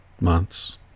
months